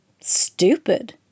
stupid